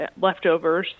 leftovers